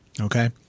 Okay